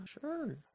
sure